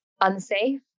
unsafe